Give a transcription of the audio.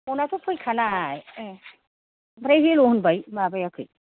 फनाथ' फैखानाय ओमफ्राय हेल' होनबाय माबायाखै